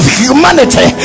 humanity